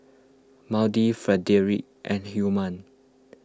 Maude Frederic and Hyman